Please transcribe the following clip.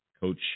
Coach